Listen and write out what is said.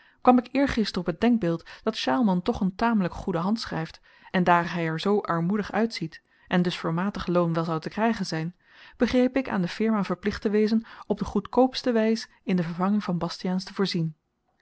kwam ik eergister op t denkbeeld dat sjaalman toch een tamelyk goede hand schryft en daar hy er zoo armoedig uitziet en dus voor matig loon wel zou te krygen zyn begreep ik aan de firma verplicht te wezen op de goedkoopste wys in de vervanging van bastiaans te voorzien